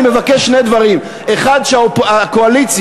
אני מבקש שני דברים: 1. שהקואליציה,